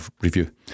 review